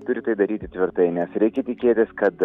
turi tai daryti tvirtai nes reikia tikėtis kad